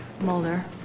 Mulder